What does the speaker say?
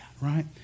right